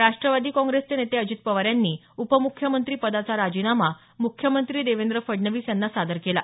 राष्ट्रवादी काँग्रेसचे नेते अजित पवार यांनी उपमुख्यमंत्री पदाचा राजीनामा मुख्यमंत्री देवेंद्र फडणवीस यांना सादर केला